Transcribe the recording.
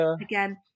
again